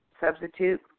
substitute